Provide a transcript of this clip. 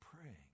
praying